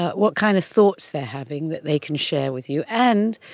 what kind of thoughts they're having that they can share with you. and,